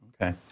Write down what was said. Okay